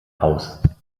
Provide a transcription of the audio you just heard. aus